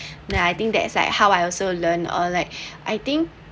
now I think that is like how I also learn or like I think